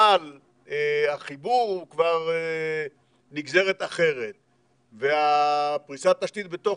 אבל החיבור הוא כבר נגזרת אחרת ופריסת התשתית בתוך